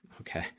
Okay